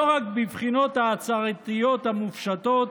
לא בבחינות ההצהרתיות המופשטות,